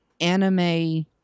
anime